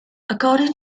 according